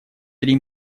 три